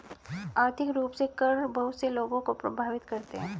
आर्थिक रूप से कर बहुत से लोगों को प्राभावित करते हैं